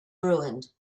ruined